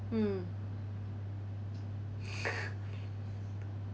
mm